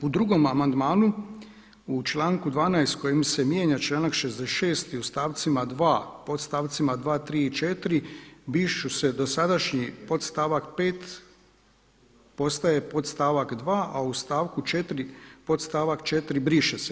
U drugom amandmanu u članku 12. kojim se mijenja članak 66. i u stavcima 2. podstavcima 2., 3 i 4. brišu se dosadašnji podstavak 5. postaje podstavak 2. a u stavku 4. podstavak 4. briše se.